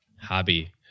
hobby